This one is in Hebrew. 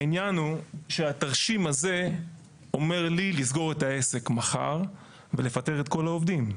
העניין הוא שהתרשים הזה אומר לי לסגור את העסק מחר ולפטר את כל העובדים.